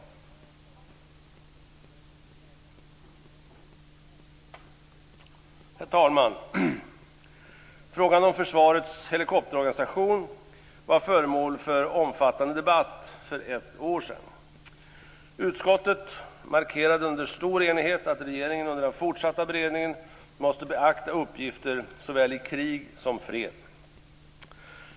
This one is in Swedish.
Herr talman! Frågan om försvarets helikopterorganisation var föremål för omfattande debatt för ett år sedan. Utskottet markerade under stor enighet att regeringen under den fortsatta beredningen måste beakta uppgifterna såväl i krig som i fred.